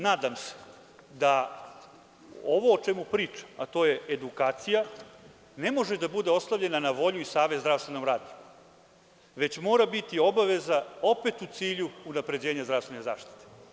Nadam se da ovo o čemu pričam, a to je edukacija ne može da bude ostavljena na volju i savest zdravstvenom radniku već mora biti obaveza opet u cilju unapređenja zdravstvene zaštite.